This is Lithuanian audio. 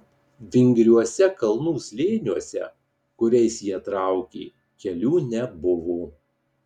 vingriuose kalnų slėniuose kuriais jie traukė kelių nebuvo